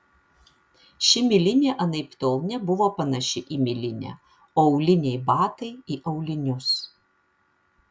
ši milinė anaiptol nebuvo panaši į milinę o auliniai batai į aulinius